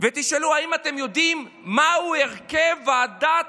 ותשאלו אם אתם יודעים מהו הרכב הוועדה